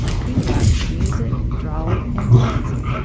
he loved music, drawing, and dancing.